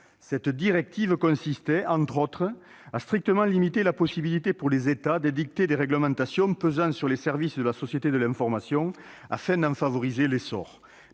Cette directive consistait, entre autres, à limiter strictement la possibilité pour les États d'édicter des réglementations pesant sur les services de la société de l'information, afin d'en favoriser l'essor.